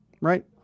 right